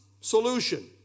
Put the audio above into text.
solution